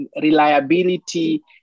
reliability